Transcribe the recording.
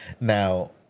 Now